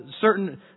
certain